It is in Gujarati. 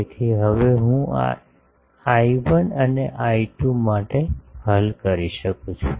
તેથી હવે હું આ I1 અને I2 માટે હલ કરી શકું છું